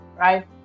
right